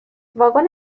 واگن